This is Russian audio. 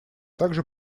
также